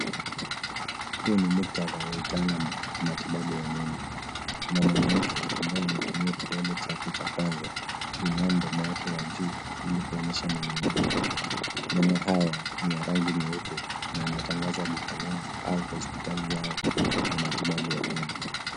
Huu ni muktadha wa utaalamu wa matibabu ya meno. Kuna mwanamke ambaye ametumia kidole chake cha kwanza kuinua mdomo wake wa juu, ili kuonyesha meno yake. Meno haya ni ya rangi nyeupe na anatangaza duka lao au hospitali yao ya matibabu ya meno.